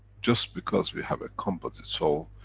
just because we have a composite soul,